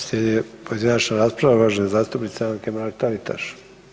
Slijedi pojedinačna rasprava uvažene zastupnice Anke Mrak Taritaš.